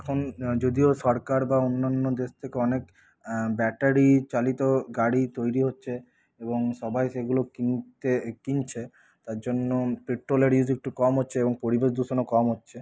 এখন যদিও সরকার বা অন্যান্য দেশ থেকে অনেক ব্যাটারিচালিত গাড়ি তৈরি হচ্ছে এবং সবাই সেগুলো কিনতে কিনছে তার জন্য পেট্রোলের ইউজ একটু কম হচ্ছে এবং পরিবেশ দূষণও কম হচ্ছে